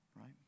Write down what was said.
right